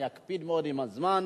אני אקפיד מאוד על הזמן.